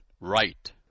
right